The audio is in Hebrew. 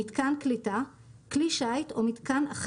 "מיתקן קליטה" - כלי שיט או מיתקן הולם